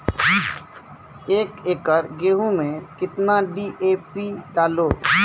एक एकरऽ गेहूँ मैं कितना डी.ए.पी डालो?